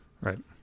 Right